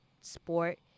sport